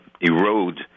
erode